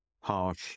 harsh